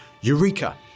Eureka